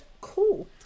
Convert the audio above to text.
cool